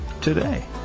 today